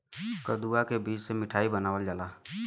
कदुआ के बीज से मिठाई बनावल जाला